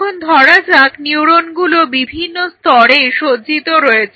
এখন ধরা যাক নিউরনগুলো বিভিন্ন স্তরে সজ্জিত রয়েছে